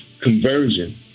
conversion